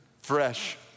fresh